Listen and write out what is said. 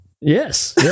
Yes